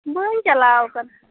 ᱵᱟᱹᱧ ᱪᱟᱞᱟᱣ ᱟᱠᱟᱱᱟ